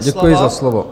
Děkuji za slovo.